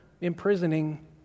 imprisoning